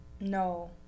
No